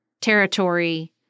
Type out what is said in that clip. territory